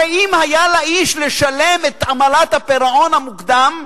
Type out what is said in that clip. הרי אם היה לאיש לשלם את עמלת הפירעון המוקדם,